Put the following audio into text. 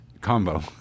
combo